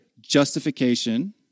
Justification